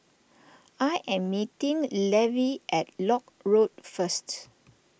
I am meeting Levy at Lock Road first